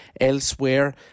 Elsewhere